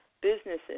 businesses